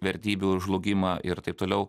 vertybių žlugimą ir taip toliau